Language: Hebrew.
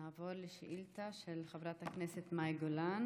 נעבור לשאילתה מס' 464, של חברת הכנסת מאי גולן: